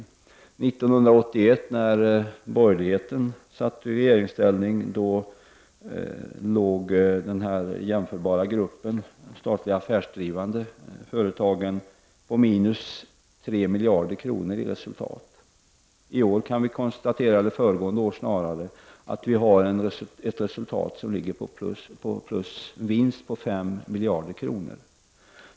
År 1981, då borgerligheten satt i regeringsställning, låg de statliga affärsdrivande företagen på minus 3 miljarder kronor i resultat. Nu kan vi konstatera ett resultat som visar en vinst på 5 miljarder kronor.